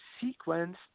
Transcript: sequence